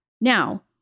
Now